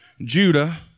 Judah